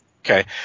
Okay